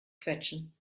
quetschen